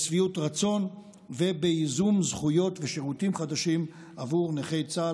בשביעות הרצון ובאיזון זכויות ושירותים חדשים עבור נכי צה"ל.